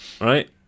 right